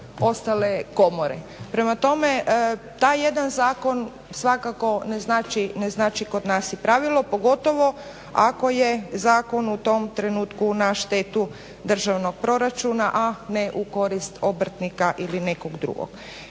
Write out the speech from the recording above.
ostale komore. Prema tome, taj jedan zakon svakako ne znači kod nas i pravilo, pogotovo ako je zakon u tom trenutku na štetu državnog proračuna, a ne u korist obrtnika ili nekog drugog.